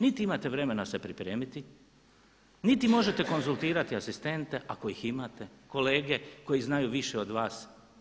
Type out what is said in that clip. Niti imate vremena se pripremiti, niti možete konzultirati asistente ako ih imate, kolege koji znaju više od vas.